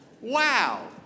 Wow